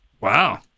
Wow